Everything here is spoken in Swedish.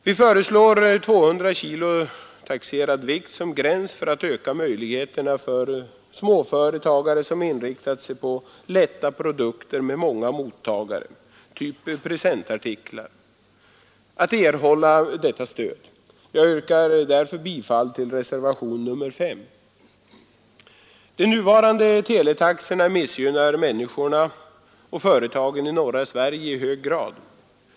Vi föreslår 200 kg taxerad vikt som gräns för att öka möjligheterna för småföretagare som inriktat sig på lätta produkter med många mottagare, typ presentartiklar, att erhålla stöd. Jag yrkar bifall till reservationen 5. De nuvarande teletaxorna missgynnar människorna och företagen i norra Sverige i hög grad.